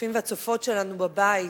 הצופים והצופות שלנו בבית,